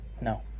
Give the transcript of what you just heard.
No